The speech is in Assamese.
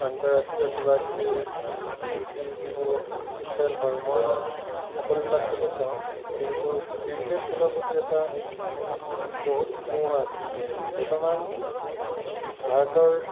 আন্তঃৰাষ্ট্ৰীয় কিবা কিবি যিবোৰ খেল হয় মই সকলোবিলাক খেলেই চাওঁ কিন্তু ক্ৰিকেট খেলৰ প্ৰতি এটা বহুত মোহ আছে বৰ্তমান ভাৰতৰ